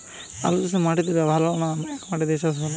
আলুচাষে মাটি দিলে ভালো না একমাটি দিয়ে চাষ ভালো?